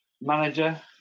Manager